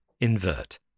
invert